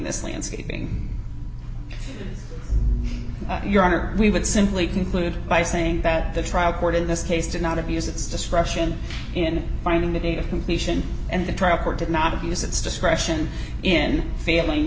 this landscaping your honor we would simply conclude by saying that the trial court in this case did not abuse its discretion in finding the date of completion and the trial court did not abuse its discretion in failing